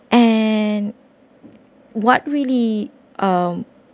and what really um